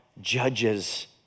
judges